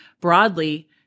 broadly